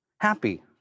Happy